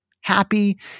happy